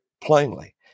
plainly